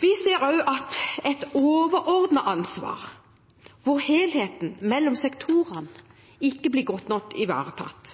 Vi ser også et overordnet ansvar hvor helheten mellom sektorene ikke blir godt nok ivaretatt.